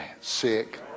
sick